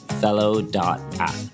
fellow.app